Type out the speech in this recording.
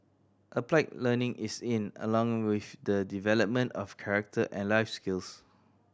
applied learning is in along with the development of character and life skills